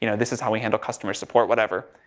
you know this is how we handle customer support, whatever.